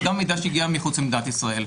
וגם מידע שהיגע מחוץ למדינת ישראל,